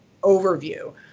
overview